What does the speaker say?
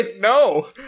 no